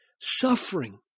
suffering